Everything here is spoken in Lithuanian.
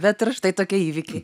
bet ir štai tokie įvykiai